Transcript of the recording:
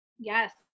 Yes